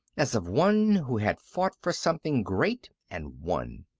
as of one who had fought for something great and won.